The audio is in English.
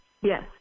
Yes